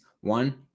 One